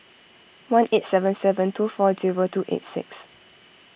one eight seven seven two four zero two eight six